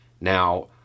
Now